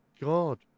god